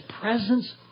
presence